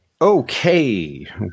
Okay